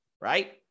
Right